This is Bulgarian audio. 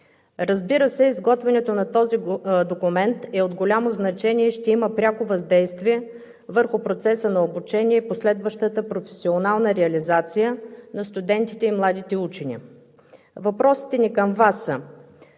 Разбира се, изготвянето на този документ е от голямо значение и ще има пряко въздействие върху процеса на обучение и последващата професионална реализация на студентите и младите учени. Въпросите ни към Вас са: